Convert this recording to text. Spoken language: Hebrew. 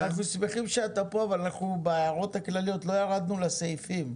אנחנו שמחים שאתה פה אבל אנחנו בהערות הכלליות לא ירדנו לסעיפים.